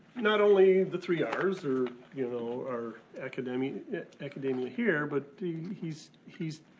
not only the three ah rs, or you know or academia academia here, but he's he's